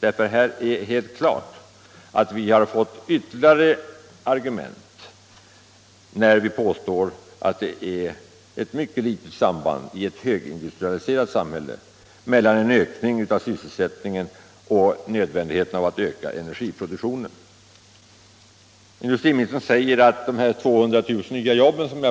Det är helt klart att vi har fått ytterligare argument när vi påstår att det är ett mycket litet samband i ett högindustrialiserat samhälle mellan en ökning av sysselsättningen och nödvändigheten av en ökad ener giproduktion. Industriministern tog upp mitt påpekande att de 200 000 nya jobben